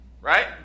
right